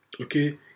Okay